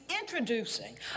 introducing